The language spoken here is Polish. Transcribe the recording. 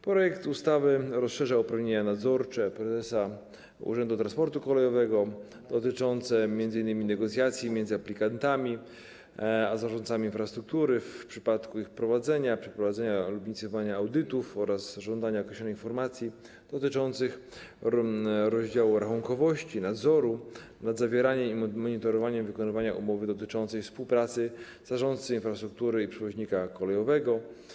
Projekt ustawy rozszerza uprawnienia nadzorcze prezesa Urzędu Transportu Kolejowego dotyczące m.in. negocjacji między aplikantami a zarządcami infrastruktury w przypadku ich prowadzenia, przeprowadzania lub inicjowania audytów oraz żądania określonych informacji dotyczących rozdziału rachunkowości, nadzoru nad zawieraniem i monitorowania wykonywania umowy dotyczącej współpracy zarządcy infrastruktury i przewoźnika kolejowego.